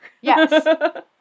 yes